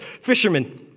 Fishermen